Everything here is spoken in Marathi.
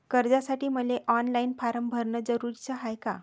कर्जासाठी मले ऑनलाईन फारम भरन जरुरीच हाय का?